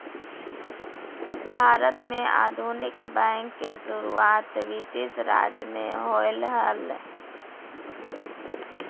भारत में आधुनिक बैंक के शुरुआत ब्रिटिश राज में होलय हल